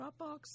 Dropbox